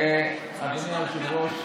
אדוני היושב-ראש,